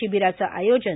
शिबिराचं आयोजन